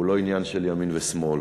הוא לא עניין של ימין ושמאל,